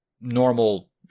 normal